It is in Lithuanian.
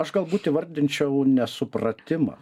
aš galbūt įvardinčiau nesupratimą